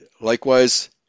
Likewise